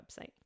website